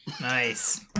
nice